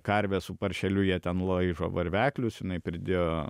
karvę su paršeliu jie ten laižo varveklius jinai pridėjo